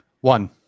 One